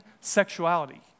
sexuality